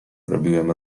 robiłem